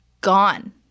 gone